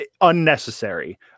unnecessary